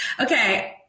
Okay